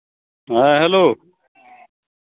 ᱦᱮᱸ ᱦᱮᱞᱳ